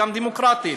גם דמוקרטית.